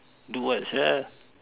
do what sia